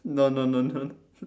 no no no don't